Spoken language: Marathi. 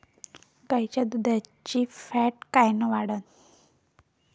गाईच्या दुधाची फॅट कायन वाढन?